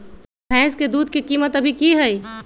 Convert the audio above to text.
भैंस के दूध के कीमत अभी की हई?